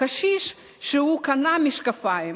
קשיש שקנה משקפיים,